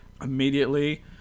immediately